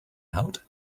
out